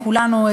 כולנו,